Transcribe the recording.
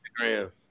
Instagram